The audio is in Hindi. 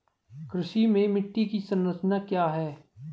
कृषि में मिट्टी की संरचना क्या है?